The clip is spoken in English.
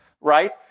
Right